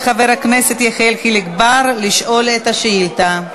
חבר הכנסת יחיאל חיליק בר לשאול את השאילתה.